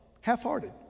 half-hearted